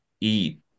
eat